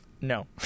No